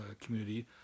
community